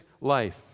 life